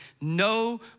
no